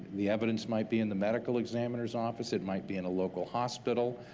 the evidence might be in the medical examiner's office, it might be in a local hospital,